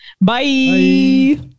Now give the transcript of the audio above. Bye